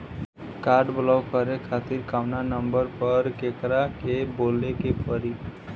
Card block करे खातिर कवना नंबर पर केकरा के बोले के परी?